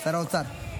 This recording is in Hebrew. שר האוצר.